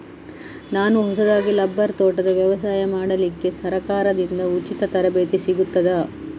ನಾನು ಹೊಸದಾಗಿ ರಬ್ಬರ್ ತೋಟದ ವ್ಯವಸಾಯ ಮಾಡಲಿಕ್ಕೆ ಸರಕಾರದಿಂದ ಉಚಿತ ತರಬೇತಿ ಸಿಗುತ್ತದಾ?